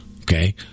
Okay